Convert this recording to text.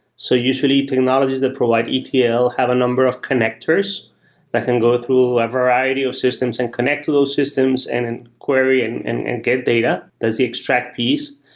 so usually, technologies that provide etl have a number of connectors that can go through a variety of systems and connect to those systems and and query and and and get data. that's the extract piece.